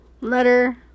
letter